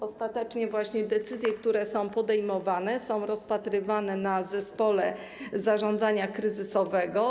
Ostatecznie właśnie decyzje, które są podejmowane, są rozpatrywane w zespole zarządzania kryzysowego.